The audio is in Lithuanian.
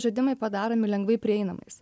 žaidimai padaromi lengvai prieinamais